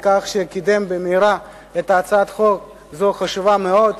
על כך שקידם במהרה את הצעת החוק החשובה מאוד הזאת.